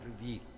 revealed